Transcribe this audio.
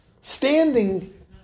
Standing